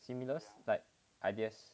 similar like ideas